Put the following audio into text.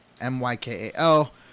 M-Y-K-A-L